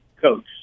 coach